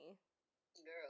Girl